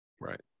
Right